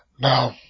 Now